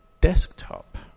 desktop